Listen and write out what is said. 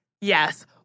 Yes